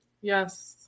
Yes